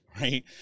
right